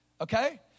Okay